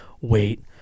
wait